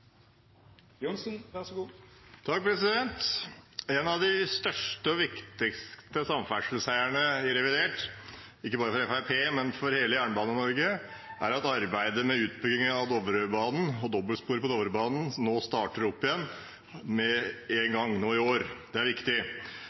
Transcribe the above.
En av de største og viktigste samferdselsseirene i revidert nasjonalbudsjett, ikke bare for Fremskrittspartiet, men for hele Jernbane-Norge, er at arbeidet med utbygging av dobbeltsporet på Dovrebanen starter opp igjen i år. Det er viktig for å opprettholde framdriftsplanen om å være ferdig til Åkersvika i 2026. Fremskrittspartiet er